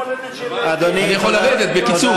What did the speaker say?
אני יכול לרדת, בקיצור?